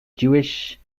jewish